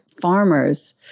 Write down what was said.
farmers